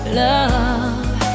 love